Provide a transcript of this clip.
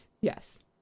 yes